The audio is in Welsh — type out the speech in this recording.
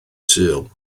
sul